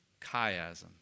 chiasm